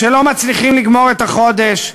שלא מצליחים לגמור את החודש,